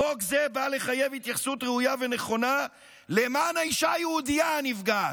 חוק זה בא לחייב התייחסות ראויה ונכונה למען האישה היהודייה הנפגעת.